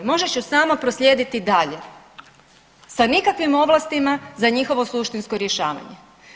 Možeš ju samo proslijediti dalje sa nikakvim ovlastima za njihovo suštinsko rješavanje.